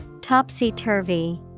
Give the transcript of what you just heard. Topsy-turvy